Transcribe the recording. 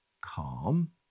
calm